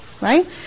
right